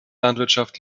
landwirtschaft